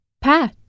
Pat